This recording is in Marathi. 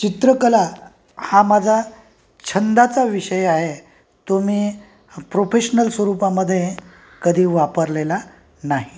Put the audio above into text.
चित्रकला हा माझा छंदाचा विषय आहे तो मी प्रोफेशनल स्वरूपामध्ये कधी वापरलेला नाही